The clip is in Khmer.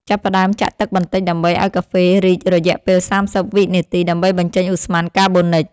ចាប់ផ្ដើមចាក់ទឹកបន្តិចដើម្បីឱ្យកាហ្វេ រីក រយៈពេល ៣០ វិនាទី ដើម្បីបញ្ចេញឧស្ម័នកាបូនិច។